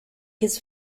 his